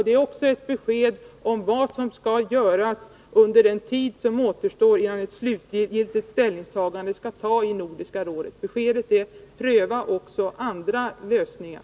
Det är också ett besked om vad som skall göras under den tid som återstår innan slutgiltig ställning skall tas i nordiska rådet. Beskedet är: Pröva också andra lösningar!